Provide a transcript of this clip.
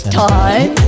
time